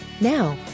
Now